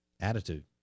attitude